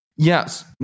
Yes